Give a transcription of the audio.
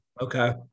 Okay